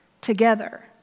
together